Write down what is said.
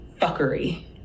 fuckery